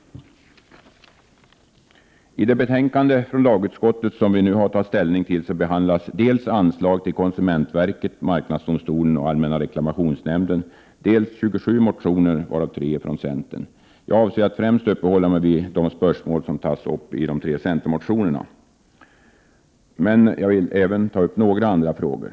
I det betänkande från lagutskottet som vi nu har att ta ställning till behandlas dels anslag till konsumentverket, marknadsdomstolen och allmänna reklamationsnämnden, dels 27 motioner, varav 3 från centern. Jag avser att främst uppehålla mig vid de spörsmål som tas uppi de tre centermotionerna, men jag vill även ta upp några andra frågor.